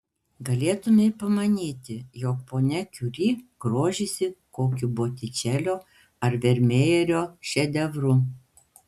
galėtumei pamanyti jog ponia kiuri grožisi kokiu botičelio ar vermejerio šedevru